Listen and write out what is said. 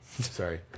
Sorry